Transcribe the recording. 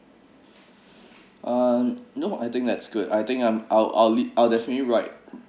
um no I think that's good I think I'm I'll I'll leave I'll definitely write